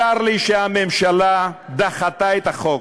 צר לי שהממשלה דחתה את החוק.